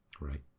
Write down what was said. Right